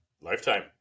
Lifetime